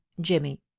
jimmy